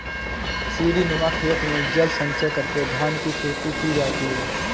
सीढ़ीनुमा खेत में जल संचय करके धान की खेती की जाती है